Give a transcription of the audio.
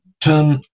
turn